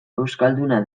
euskalduna